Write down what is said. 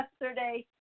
yesterday